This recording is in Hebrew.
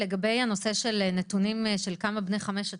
לגבי הנושא של נתונים של כמה בני חמש עד